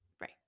Right